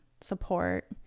support